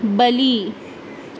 بلی